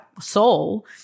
soul